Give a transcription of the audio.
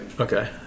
Okay